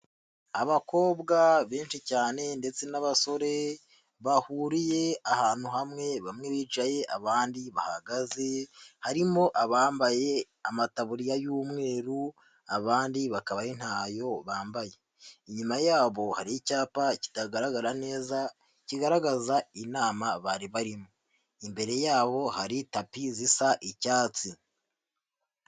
Abakobwa benshi cyane ndetse n'abasore, bahuriye ahantu hamwe bamwe bicaye abandi bahagaze, harimo abambaye amataburiya y'umweru abandi bakaba ari ntayo bambaye, inyuma yabo hari icyapa kitagaragara neza kigaragaza inama bari barimo, imbere yabo hari tapi zisa icyatsi.